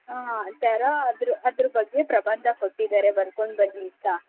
ಹಾಂ ಆ ಥರಾ ಅದ್ರು ಅದ್ರು ಬಗ್ಗೆ ಪ್ರಬಂಧ ಕೊಟ್ಟಿದ್ದಾರೆ ಬರ್ಕೊಂಡು ಬನ್ನಿ ಅಂತ